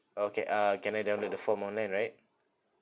okay uh can I download the form online right